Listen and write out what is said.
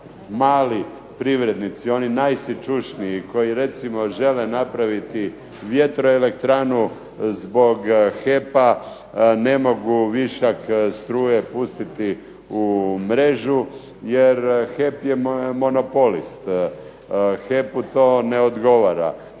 mali privrednici, oni najsićušniji koji recimo žele napraviti vjetroelektranu zbog HEP-a ne mogu višak struje pustiti u mrežu jer HEP je monopolist, HEP-u to ne odgovara.